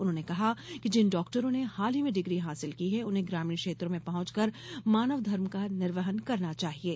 उन्होंने कहा कि जिन डॉक्टरों ने हाल ही में डिग्री हासिल की है उन्हें ग्रामीण क्षेत्रों में पहुँचकर मानव धर्म का निर्वहन करना चाहिये